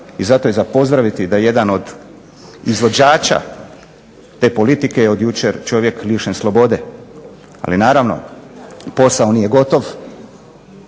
i zato je za pozdraviti da jedan od izvođača te politike je od jučer čovjek lišen slobode. Ali naravno, posao nije gotov,